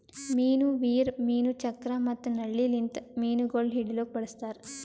ಮೀನು ವೀರ್, ಮೀನು ಚಕ್ರ ಮತ್ತ ನಳ್ಳಿ ಲಿಂತ್ ಮೀನುಗೊಳ್ ಹಿಡಿಲುಕ್ ಬಳಸ್ತಾರ್